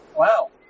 Wow